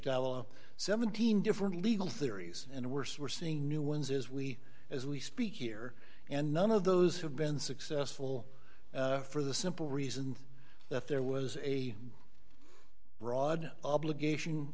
diallo seventeen different legal theories and worse we're seeing new ones as we as we speak here and none of those have been successful for the simple reason that there was a broad obligation